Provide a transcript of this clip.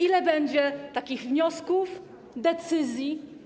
Ile będzie takich wniosków, decyzji?